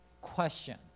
question